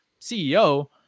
CEO